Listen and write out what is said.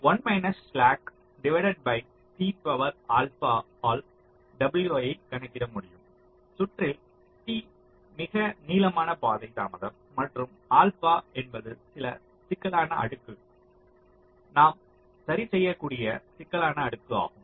1 minus slack divide by T power alpha ஆல் w ஐக் கணக்கிட முடியும் சுற்றில் T மிக நீளமான பாதை தாமதம் மற்றும் ஆல்பா என்பது சில சிக்கலான அடுக்கு நாம் சரிசெய்யக்கூடிய சிக்கலான அடுக்கு ஆகும்